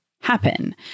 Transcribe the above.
happen